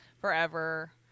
forever